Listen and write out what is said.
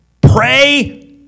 pray